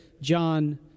John